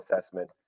assessment